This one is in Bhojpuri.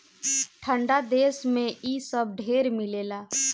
ठंडा देश मे इ सब ढेर मिलेला